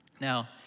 Now